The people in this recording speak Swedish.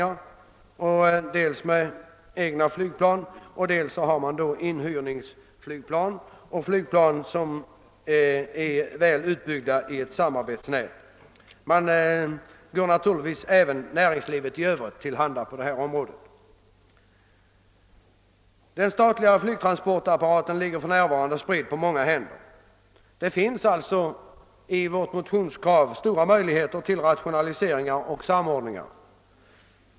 Man tillhandahåller naturligtvis även det privata näringslivet tjänster på detta område. Man arbetar dels med egna flygplan, dels med hyrda flygplan och har skapat ett väl utbyggt samarbetsnät. Den statliga flygtransportappartaten är för närvarande utspridd på många händer. Vårt motionskrav ger stora möjligheter till rationaliseringar och samordningar.